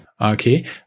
Okay